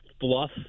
fluff